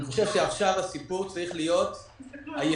אני חושב שעכשיו הסיפור צריך להיות היישום: